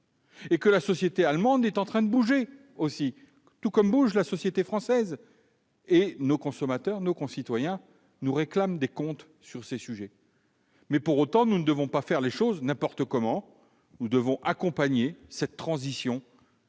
domaine. La société allemande est en train de bouger, tout comme bouge la société française. Les consommateurs, nos concitoyens, nous réclament des comptes sur ces sujets. Pour autant, nous ne devons pas faire les choses n'importe comment. Nous devons accompagner cette transition.